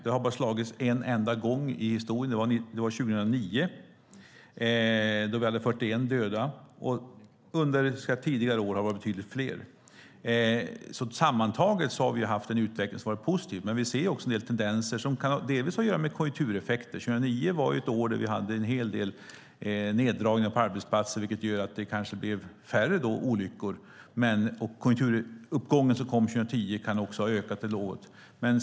Det har bara slagits en enda gång i historien, och det var 2009 då vi hade 41 döda. Under tidigare år har det varit betydligt fler. Sammantaget har vi alltså haft en utveckling som har varit positiv. Vi ser dock en del tendenser, som delvis kan ha att göra med konjunktureffekter - 2009 var ett år då vi hade en hel del neddragningar på arbetsplatser, vilket gör att det kanske blev färre olyckor. Konjunkturuppgången som kom 2010 kan ha ökat det något.